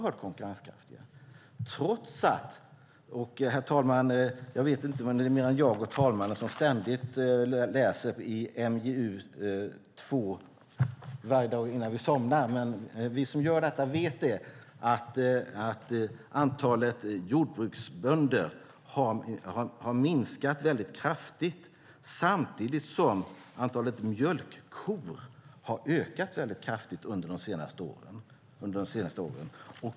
Jag vet inte, herr talman, om det är någon mer än jag och talmannen som läser i MjU2 varje dag innan vi somnar, men vi som gör det vet att antalet jordbruksbönder har minskat väldigt kraftigt - samtidigt som antalet mjölkkor har ökat kraftigt under de senaste åren.